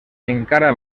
encara